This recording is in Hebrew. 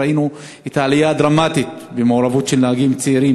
ראינו את העלייה הדרמטית במעורבות של נהגים צעירים